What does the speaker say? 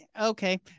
Okay